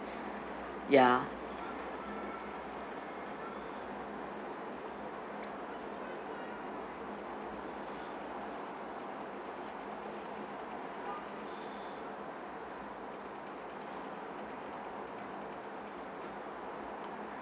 ya